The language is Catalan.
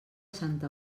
santa